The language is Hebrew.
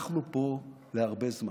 אנחנו פה להרבה זמן.